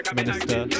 Minister